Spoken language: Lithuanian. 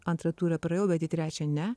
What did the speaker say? antrą turą praėjau bet į trečią ne